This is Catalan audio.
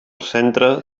centre